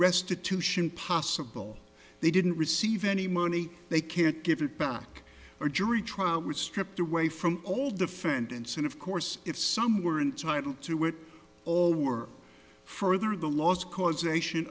restitution possible they didn't receive any money they can't give it back or jury trial was stripped away from all defendants and of course if some were entitle to it all were further the laws causation